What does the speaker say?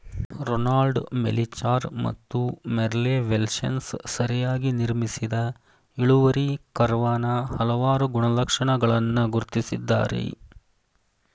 Ronald Melichar ಮತ್ತು Merle Welshans ಸರಿಯಾಗಿ ನಿರ್ಮಿಸಿದ ಇಳುವರಿ ಕರ್ವಾನ ಹಲವಾರು ಗುಣಲಕ್ಷಣಗಳನ್ನ ಗುರ್ತಿಸಿದ್ದಾರೆ